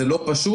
זה לא פשוט.